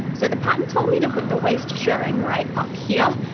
so the pattern told me to put the waist shirring right up here,